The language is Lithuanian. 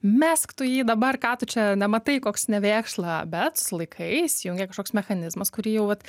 mesk tu jį dabar ką tu čia nematai koks nevėkšla bet sulaikai įsujungia kažkoks mechanizmas kurį jau vat